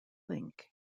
think